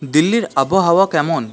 দিল্লির আবহাওয়া কেমন